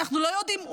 אנחנו לא יודעים.